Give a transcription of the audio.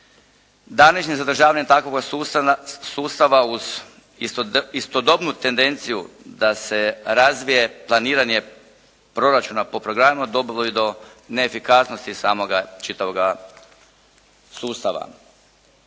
današnje zadržavanje takvoga sustava uz istodobnu tendenciju da se razvije planiranje proračuna po programima dovelo je i do neefikasnosti samoga čitavoga sustava.